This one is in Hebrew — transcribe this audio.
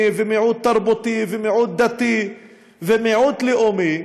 ומיעוט תרבותי ומיעוט דתי ומיעוט לאומי,